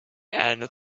and